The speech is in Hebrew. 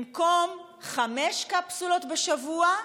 במקום חמש קפסולות בשבוע,